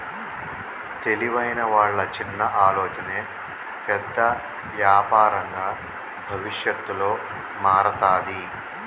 తెలివైన వాళ్ళ చిన్న ఆలోచనే పెద్ద యాపారంగా భవిష్యత్తులో మారతాది